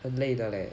很累的 leh